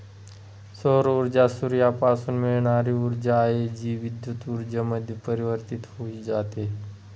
सौर ऊर्जा सूर्यापासून मिळणारी ऊर्जा आहे, जी विद्युत ऊर्जेमध्ये परिवर्तित होऊन जाते